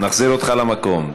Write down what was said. נחזיר אותך למקום.